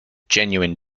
genuine